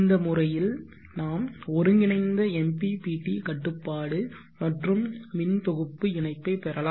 இந்த முறையில் நாம் ஒருங்கிணைந்த MPPT கட்டுப்பாடு மற்றும் மின் தொகுப்பு இணைப்பை பெறலாம்